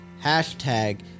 Hashtag